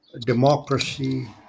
democracy